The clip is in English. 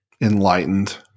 enlightened